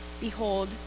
Behold